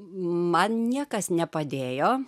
man niekas nepadėjo